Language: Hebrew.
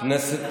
כנסת